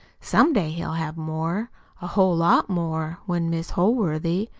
some day he'll have more a whole lot more when mis' holworthy,